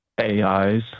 AIs